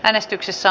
äänestyksissä